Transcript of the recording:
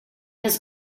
has